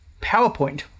PowerPoint